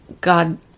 God